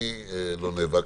אני לא נאבקתי,